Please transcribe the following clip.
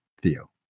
Theo